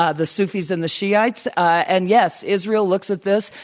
ah the sufis and the shiites and, yes, israel looks at this,